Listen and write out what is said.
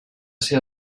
ser